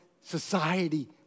society